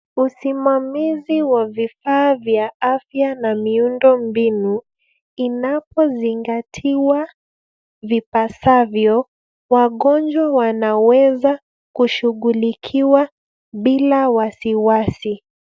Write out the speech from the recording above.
Usimamizi wa vifaa vya afya na miundo mbinu, inapozingatiwa vipasavyo, wagonjwa wanaweza kushughulikiwa bila wasiwasi.